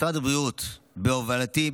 משרד הבריאות בהובלתי,